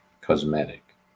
cosmetic